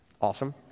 awesome